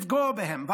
לפגוע בהן,